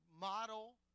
model